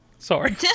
Sorry